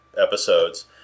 episodes